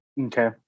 Okay